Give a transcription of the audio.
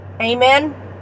Amen